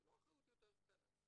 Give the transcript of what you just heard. זו לא אחריות יותר קטנה.